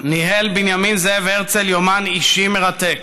ניהל בנימין זאב הרצל יומן אישי מרתק.